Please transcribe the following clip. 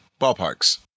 ballparks